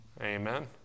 amen